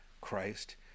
Christ